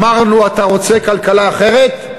אמרנו: אתה רוצה כלכלה אחרת?